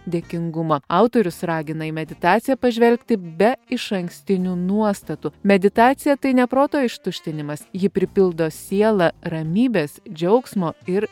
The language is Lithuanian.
dėkingumo autorius ragina į meditaciją pažvelgti be išankstinių nuostatų meditacija tai ne proto ištuštinimas ji pripildo sielą ramybės džiaugsmo ir